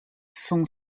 cent